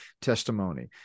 testimony